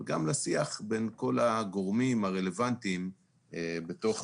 וגם לשיח בין כל הגורמים הרלוונטיים בתוך